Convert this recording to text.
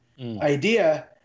idea